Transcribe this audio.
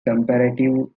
comparative